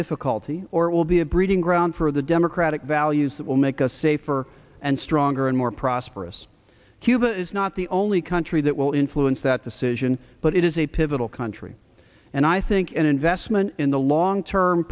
difficulty or it will be a breeding ground for the democratic values that will make us safer and stronger and more prosperous cuba is not the only country that will influence that decision but it is a pivotal country and i think an investment in the long term